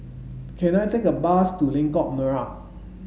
can I take a bus to Lengkok Merak